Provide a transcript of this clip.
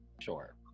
Sure